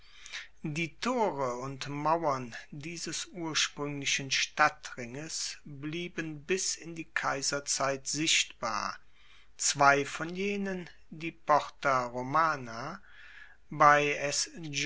die tore und mauern dieses urspruenglichen stadtringes blieben bis in die kaiserzeit sichtbar zwei von jenen die porta romana bei